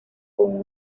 con